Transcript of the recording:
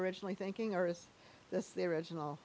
originally thinking or is this the original